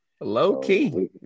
Low-key